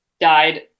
died